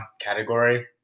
category